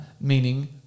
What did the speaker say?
meaning